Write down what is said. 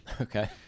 Okay